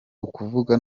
ukuvuga